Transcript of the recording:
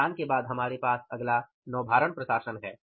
लदान के बाद हमारे पास अगला नौभारण प्रशासन है